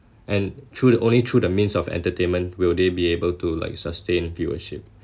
and through the only through the means of entertainment will they be able to like sustain viewership